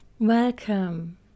Welcome